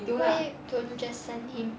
why don't just send him